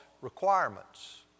requirements